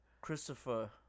Christopher